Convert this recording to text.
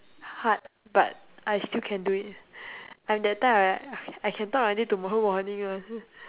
hard but I still can do it I'm that type like I can talk until tomorrow morning [one]